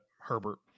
Herbert